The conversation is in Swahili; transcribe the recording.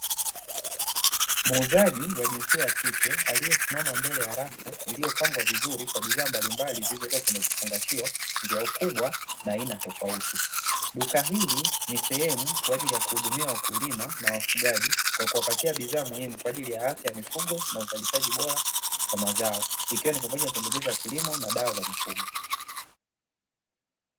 Muuzaji wa jinsia ya kike aliyesimama mbele ya rafu iliyopangwa vizuri kwa bidhaa mbalimbali zilizowekwa kwenye vifungashio vya ukubwa na aina tofauti, duka hili ni sehemu kwa ajili ya kuhudumia wakulima na wafugaji kwa kuwapitia bidhaa muhimu kwa ajili ya afya ya mifugo na uzalishaji bora wa mazao ikiwa ni pamoja na pembejeo za kilimo na dawa za mifugo.